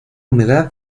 humedad